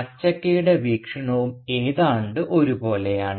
അച്ചക്കയുടെ വീക്ഷണവും ഏതാണ്ട് ഒരുപോലെയാണ്